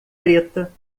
preta